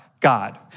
God